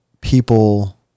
people